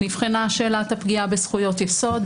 נבחנה שאלת הפגיעה בזכויות יסוד.